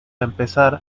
empezar